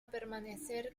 permanecer